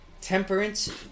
temperance